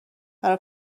برا